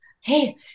hey